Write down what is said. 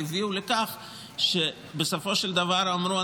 הביאו לכך שבסופו של דבר אמרו,